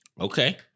Okay